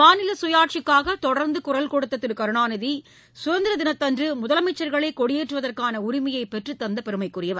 மாநில சுயாட்சிக்காக தொடர்ந்து குரல் கொடுத்த திரு கருணாநிதி சுதந்திரத் தினத்தன்று முதலமைச்சள்களே கொடியேற்றுவதற்கான உரிமையை பெற்றுத்தந்த பெருமைக்குரியவர்